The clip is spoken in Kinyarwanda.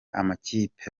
amakipe